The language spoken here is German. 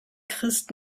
christ